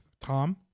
Tom